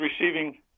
receiving